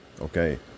Okay